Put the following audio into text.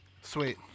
Sweet